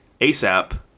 ASAP